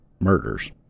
murders